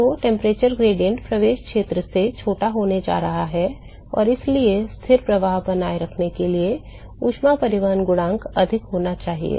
तो तापमान ढाल प्रवेश क्षेत्र se छोटा होने जा रहा है और इसलिए स्थिर प्रवाह बनाए रखने के लिए ऊष्मा परिवहन गुणांक अधिक होना चाहिए